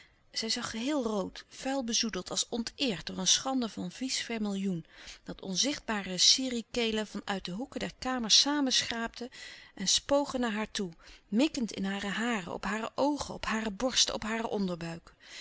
zij zag geheel rood vuil bezoedeld als onteerd door een schande van vies vermillioen dat onzichtbare sirih kelen van uit de hoeken der kamer samenschraapten en spogen naar haar toe mikkend in hare haren op hare louis couperus de stille kracht oogen op hare borsten op haar onderbuik